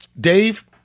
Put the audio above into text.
Dave